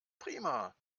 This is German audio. prima